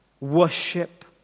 worship